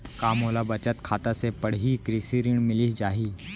का मोला बचत खाता से पड़ही कृषि ऋण मिलिस जाही?